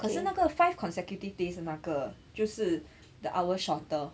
可是那个 five consecutive days 的那个就是 the hours shorter